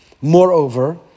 Moreover